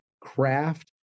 craft